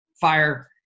fire